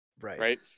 Right